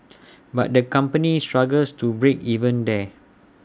but the company struggles to break even there